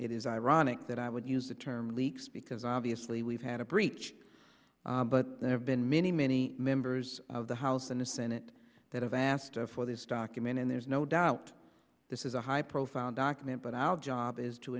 it is ironic that i would use the term leaks because obviously we've had a breach but there have been many many members of the house and the senate that have asked for this document and there's no doubt this is a high profile document but i'll job is to